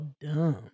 dumb